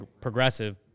progressive